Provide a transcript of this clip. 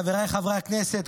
חבריי חברי הכנסת,